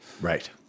Right